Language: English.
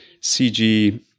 CG